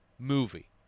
movie